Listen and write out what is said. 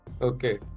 Okay